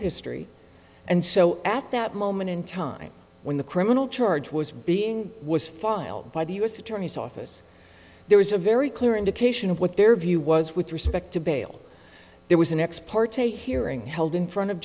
history and so at that moment in time when the criminal charge was being was filed by the u s attorney's office there was a very clear indication of what their view was with respect to bail there was an ex parte hearing held in front of